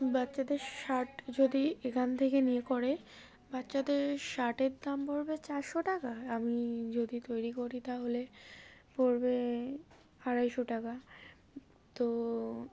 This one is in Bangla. বাচ্চাদের শার্ট যদি এখান থেকে নিয়ে করে বাচ্চাদের শার্টের দাম পড়বে চারশো টাকা আমি যদি তৈরি করি তাহলে পড়বে আড়াইশো টাকা তো